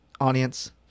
audience